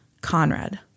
Conrad